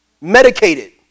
medicated